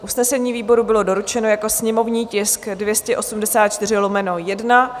Usnesení výboru bylo doručeno jako sněmovní tisk 284/1.